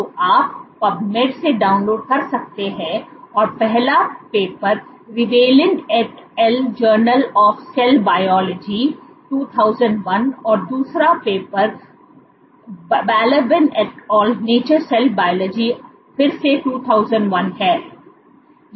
तो आप Pubmed से डाउनलोड कर सकते हैं पहला paper Riveline et al journal of cell biology 2001Riveline et al Journal of Cell Biology 2001 और दूसरा paper Balaban et al nature cell biology फिर से 2001Balaban et al Nature Cell Biology again 2001है